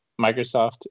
microsoft